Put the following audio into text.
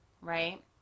right